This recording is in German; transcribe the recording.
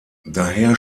daher